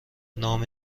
نام